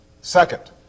second